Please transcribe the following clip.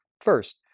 First